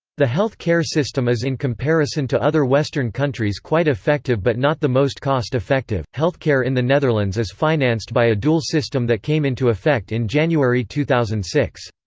the health care system is in comparison to other western countries quite effective but not the most cost-effective healthcare in the netherlands is financed by a dual system that came into effect in january two thousand and six.